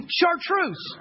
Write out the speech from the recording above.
chartreuse